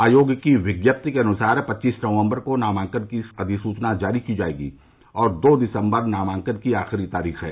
आयोग की विज्ञप्ति के अनुसार पच्चीस नवम्बर को नामांकन की अधिसूचना जारी की जायेगी और दो दिसम्बर नामांकन की आखिरी तारीख है